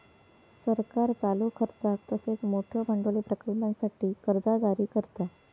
सरकार चालू खर्चाक तसेच मोठयो भांडवली प्रकल्पांसाठी कर्जा जारी करता